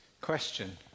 question